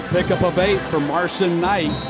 pick up of eight for marson-knight.